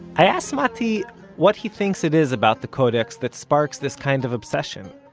i asked matti what he thinks it is about the codex that sparks this kind of obsession.